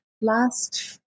last